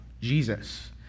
Jesus